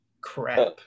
crap